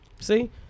See